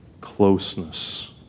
closeness